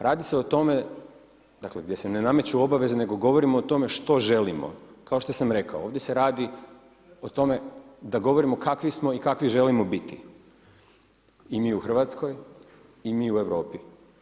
Radi se o tome, dakle gdje se ne nameću obaveze nego govorimo o tome što želimo, kao što sam rekao, ovdje se radi o tome da govorimo kakvi smo i kakvi želimo biti i mi u Hrvatskoj i mi u Europi.